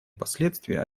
последствия